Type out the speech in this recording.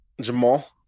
Jamal